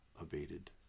abated